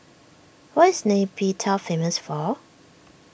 what is Nay Pyi Taw famous for